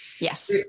Yes